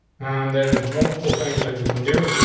there's multiple things that we can do.